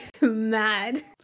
mad